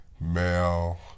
male